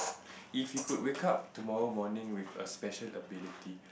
if you could wake up tomorrow morning with a special ability